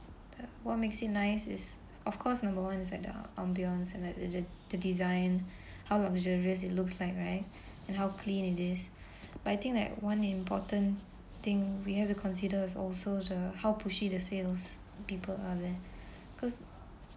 uh what makes it nice is of course number one's like the ambiance and like the the the design how luxurious it looks like right and how clean it is but I think that one important thing we have to consider is also the how pushy the sales people are there because